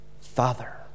Father